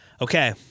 Okay